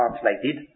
translated